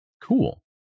Cool